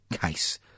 case